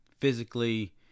physically